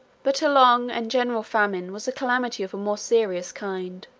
but a long and general famine was a calamity of a more serious kind.